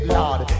Lord